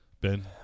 Ben